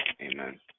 amen